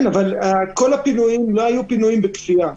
כן, אבל כל הפינויים לא היו פינויים בכפייה.